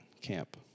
camp